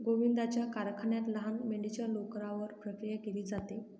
गोविंदाच्या कारखान्यात लहान मेंढीच्या लोकरावर प्रक्रिया केली जाते